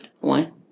One